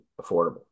affordable